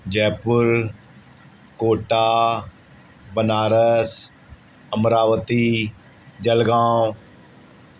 Jaipur Kota Banaras Amravati Jalgaon